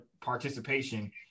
participation